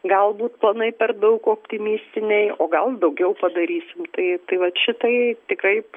galbūt planai per daug optimistiniai o gal daugiau padarysim tai tai vat šitaip tikrai